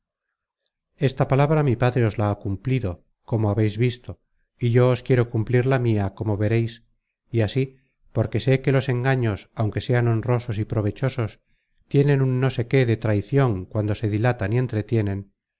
esta palabra mi padre os la ha cumplido como habeis visto y yo os quiero cumplir la mia como veréis y así porque sé que los engaños aunque sean honrosos y provechosos tienen un no sé qué de traicion cuando se dilatan y entretienen